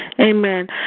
Amen